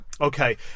Okay